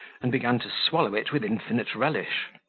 and began to swallow it with infinite relish.